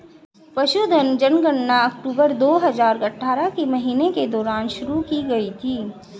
पशुधन जनगणना अक्टूबर दो हजार अठारह के महीने के दौरान शुरू की गई थी